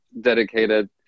dedicated